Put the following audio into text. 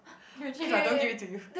can imagine if I don't give it to you